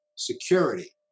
security